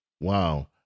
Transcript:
Wow